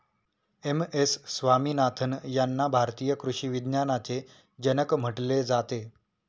M S Swaminathan यांना भारतीय कृषी विज्ञानाचे जनक म्हटले जाते